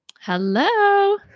Hello